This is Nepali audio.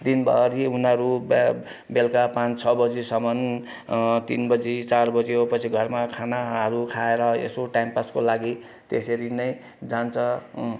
दिनभरि उनीहरू बेलुका पाँच छ बजीसम्म तिन बजी चार बजेपछि घरमा खानाहरू खाएर यसो टाइम पासको लागि त्यसरी नै जान्छ